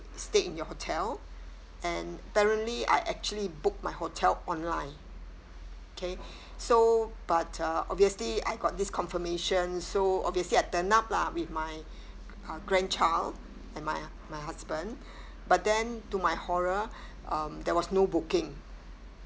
stayed in your hotel and apparently I actually book my hotel online okay so but uh obviously I got this confirmation so obviously I turn up lah with my uh grandchild and my my husband but then to my horror um there was no booking